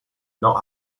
not